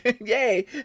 Yay